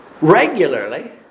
regularly